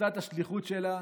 עושה את השליחות שלה,